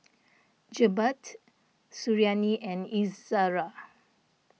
Jebat Suriani and Izzara